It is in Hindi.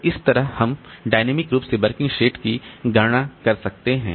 तो इस तरह हम डायनामिक रूप से वर्किंग सेट की गणना कर सकते हैं